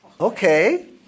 Okay